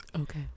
Okay